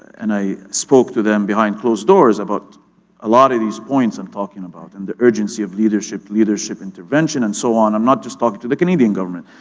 and i spoke to them behind closed doors about a lot of these points i'm talking about and the urgency of leadership, leadership and prevention, and so on. i'm not just talking to the canadian government.